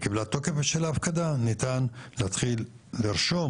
היא קיבלה תוקף בשל ההפקדה, וניתן להתחיל לרשום.